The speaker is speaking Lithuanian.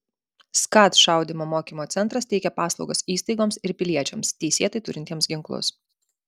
skat šaudymo mokymo centras teikia paslaugas įstaigoms ir piliečiams teisėtai turintiems ginklus